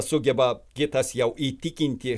sugeba kitas jau įtikinti